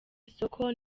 isoko